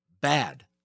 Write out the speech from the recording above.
bad